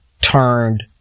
turned